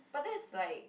but that's like